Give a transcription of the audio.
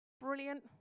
Brilliant